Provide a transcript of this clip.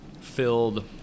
filled